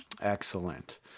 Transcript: Excellent